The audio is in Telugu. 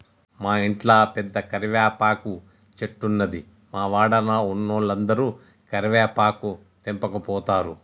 మా ఇంట్ల పెద్ద కరివేపాకు చెట్టున్నది, మా వాడల ఉన్నోలందరు కరివేపాకు తెంపకపోతారు